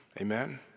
Amen